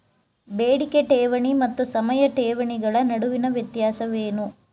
ಬೇಡಿಕೆ ಠೇವಣಿ ಮತ್ತು ಸಮಯ ಠೇವಣಿಗಳ ನಡುವಿನ ವ್ಯತ್ಯಾಸವೇನು?